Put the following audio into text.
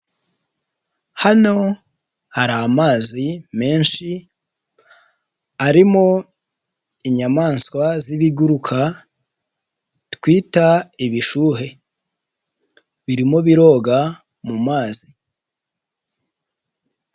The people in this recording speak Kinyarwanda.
Hano hari amazi menshi, arimo inyamaswa zibiguruka, twita ibishuhe, birimo biroga mu mazi.